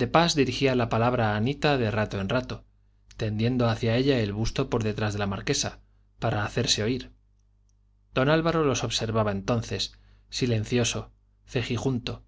de pas dirigía la palabra a anita de rato en rato tendiendo hacia ella el busto por detrás de la marquesa para hacerse oír don álvaro los observaba entonces silencioso cejijunto